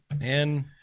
and-